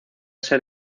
ser